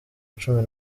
cumi